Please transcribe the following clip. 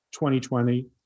2020